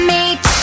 Meet